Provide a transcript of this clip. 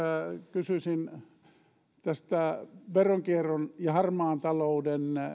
kysyisin veronkierron ja harmaan talouden